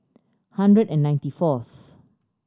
hundred and ninety fourth